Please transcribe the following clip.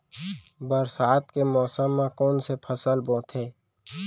बरसात के मौसम मा कोन से फसल बोथे?